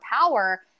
power